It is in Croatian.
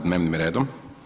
dnevnim redom.